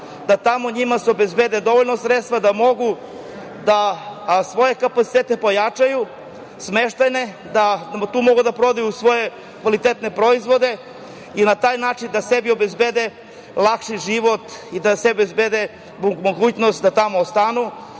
se tamo njima obezbede dovoljna sredstva da mogu da pojačaju svoje smeštajne kapacitete, da tu mogu da prodaju svoje kvalitetne proizvode i na taj način da sebi obezbede lakši život, da sebi obezbede mogućnost da tamo ostanu